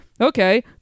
okay